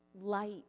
light